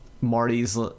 Marty's